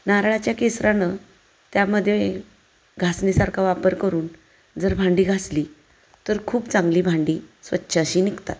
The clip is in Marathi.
नारळाच्या केसरानं त्यामध्ये घासणीसारखा वापर करून जर भांडी घासली तर खूप चांगली भांडी स्वच्छ अशी निघतात